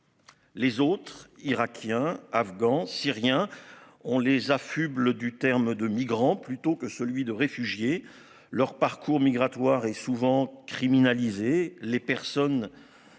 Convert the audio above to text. Les autres irakiens, afghans syriens on les affuble du terme de migrants plutôt que celui de réfugié leur parcours migratoire et souvent criminaliser